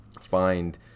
find